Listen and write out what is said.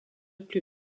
plus